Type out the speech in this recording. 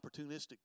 opportunistic